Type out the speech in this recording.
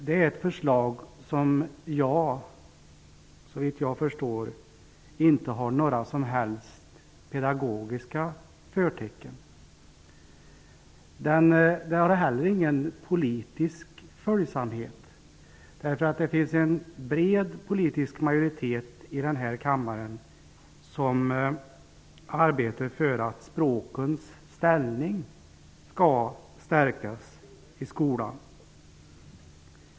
Det här förslaget har såvitt jag förstår inga som helst pedagogiska förtecken. Inte heller visar förslaget på politisk följsamhet. Det finns ju en bred politisk majoritet i denna kammare som arbetar för en förstärkt ställning i skolan för språken.